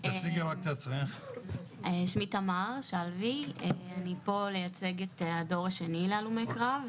שמי תמר שלוי אני פה לייצג את הדור השני להלומי קרב,